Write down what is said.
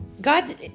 God